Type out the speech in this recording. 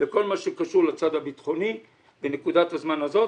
וכל מה שקשור לצד הביטחוני בנקודת הזמן הזאת,